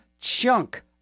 chunk